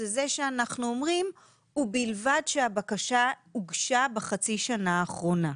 זה זה שאנחנו אומרים 'ובלבד שהבקשה הוגשה בחצי השנה האחרונה'.